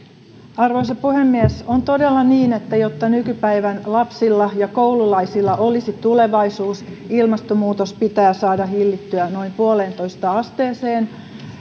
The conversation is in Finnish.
arvoisa puhemies on todella niin että jotta nykypäivän lapsilla ja koululaisilla olisi tulevaisuus ilmastonmuutos pitää saada hillittyä noin puoleentoista asteeseen